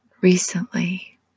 recently